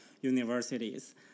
universities